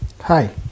Hi